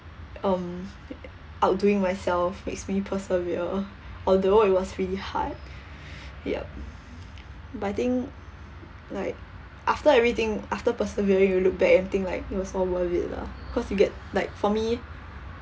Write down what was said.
um outdoing myself makes me persevere although it was really hard yup but I think like after everything after persevering you look back and think like it was so worth it ah cause you get like for me